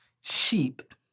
sheep